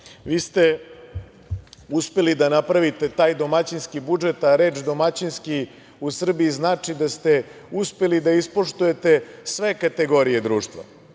Vi ste uspeli da napravite taj domaćinski budžet, a reč – domaćinski u Srbiji znači da ste uspeli da ispoštujete sve kategorije društva.